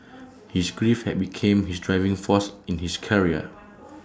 his grief had become his driving force in his career